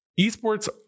esports